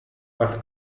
was